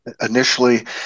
initially